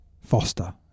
Foster